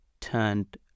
turned